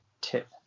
tip